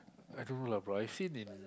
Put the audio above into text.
I don't know lah bro I seen in